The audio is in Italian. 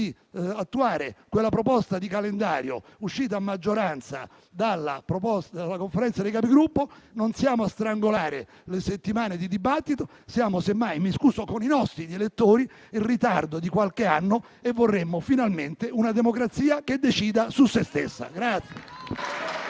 attuare quella proposta di calendario uscita a maggioranza dalla Conferenza dei Capigruppo. Non siamo a strangolare le settimane di dibattito. Siamo semmai - e mi scuso con i nostri elettori - in ritardo di qualche anno e vorremmo finalmente una democrazia che decida su se stessa.